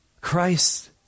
Christ